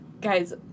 Guys